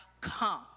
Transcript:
come